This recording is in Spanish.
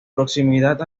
proximidad